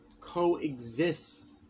coexist